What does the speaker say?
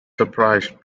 surprised